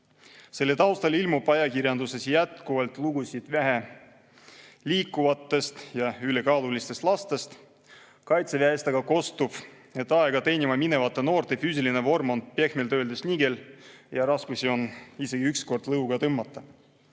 taustal ilmub ajakirjanduses jätkuvalt lugusid vähe liikuvatest ja ülekaalulistest lastest. Kaitseväest aga kostab, et aega teenima minevate noorte füüsiline vorm on pehmelt öeldes nigel ja raske on isegi üks kord lõuga tõmmata.